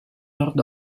nord